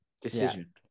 decision